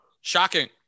Shocking